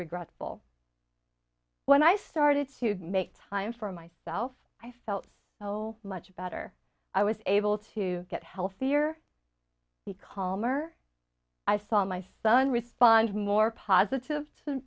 regretful when i started to make time for myself i felt so much better i was able to get healthier be calmer i saw my son respond more positive